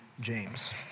James